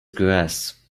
grass